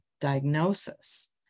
diagnosis